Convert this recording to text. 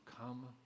come